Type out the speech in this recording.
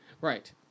Right